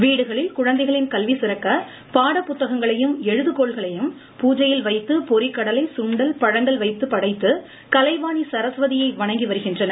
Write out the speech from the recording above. வீடுகளில் குழந்தைகளின் கல்வி சிறக்க பாட புத்தகங்களையும் எழுதுகோல்களையும் பூஜையில் வைத்து பொரிகடலை சுண்டல் பழங்கள் வைத்து படைத்து கலைவாணி சரஸ்வதியை வணங்கி வருகின்றனர்